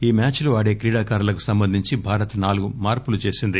ఈ మ్యాచ్ లో ఆడే క్రీడాకారులకు సంబంధించి భారత్ నాలుగు మార్పులు చేసింది